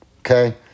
Okay